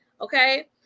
Okay